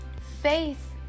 faith